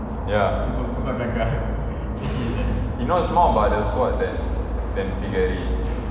ya he knows more about the squad than than figadi